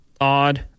odd